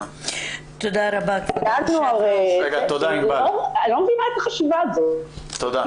--- אני לא מבינה את החשיבה הזאת --- תודה.